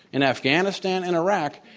in afghanistan and iraq,